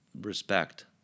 respect